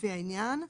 לפי העניין.